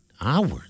Hours